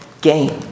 gain